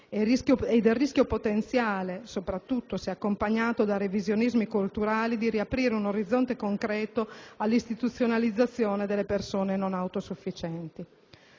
del rischio potenziale, soprattutto se accompagnato da "revisionismi" culturali, di riaprire un orizzonte concreto all'istituzionalizzazione delle persone non autosufficienti?